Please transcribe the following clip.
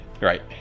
right